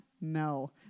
no